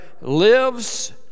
lives